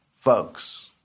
folks